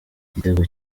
igitego